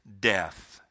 death